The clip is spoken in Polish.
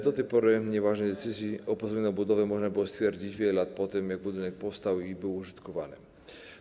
Do tej pory nieważność decyzji o pozwoleniu na budowę można było stwierdzić wiele lat po tym, jak budynek powstał i był użytkowany.